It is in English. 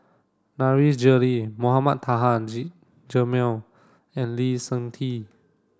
Nasir Jalil Mohamed Taha Haji Jamil and Lee Seng Tee